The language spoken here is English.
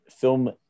film